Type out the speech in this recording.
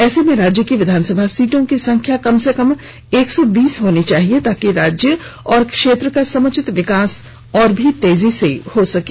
ऐसे में राज्य की विधानसभा की सीटों की संख्या कम से कम एक सौ बीस होनी चाहिए ताकि राज्य और क्षेत्र का समुचित विकास और भी तेजी से हो सकें